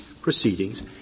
proceedings